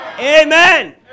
Amen